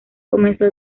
comenzó